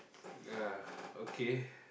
ya okay